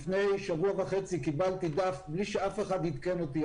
לפני שבוע וחצי קיבלתי דף בלי שאף אחד עדכן אותי.